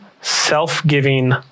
self-giving